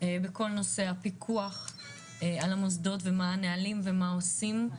בכל נושא הפיקוח על המוסדות ומה הנהלים ומה עושים.